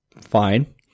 fine